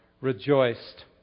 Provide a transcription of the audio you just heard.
rejoiced